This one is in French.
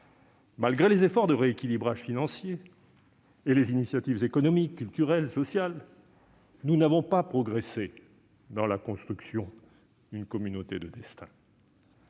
Malgré les efforts de rééquilibrage financiers et les initiatives économiques, culturelles et sociales, nous n'avons pas progressé dans la construction d'une communauté de destin.